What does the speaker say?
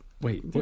Wait